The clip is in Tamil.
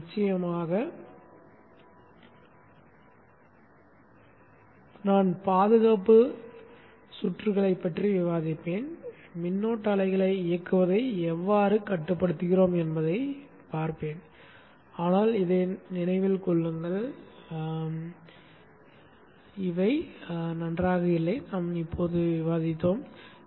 நிச்சயமாக நான் பாதுகாப்பு சுற்றுகளைப் பற்றி விவாதிப்பேன் மின்னோட்ட அலைகளை இயக்குவதை எவ்வாறு கட்டுப்படுத்துகிறோம் என்பதைப் பார்ப்பேன் ஆனால் இதை நினைவில் கொள்ளுங்கள் நாங்கள் இப்போது விவாதித்த சர்க்யூட்டில் எல்லாம் நன்றாக இல்லை